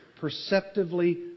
perceptively